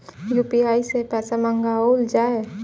UPI सै पैसा मंगाउल जाय?